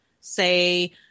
say